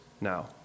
now